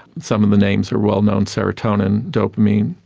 some of the names are well known serotonin, dopamine,